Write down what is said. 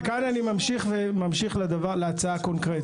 וכאן אני ממשיך להצעה הקונקרטית.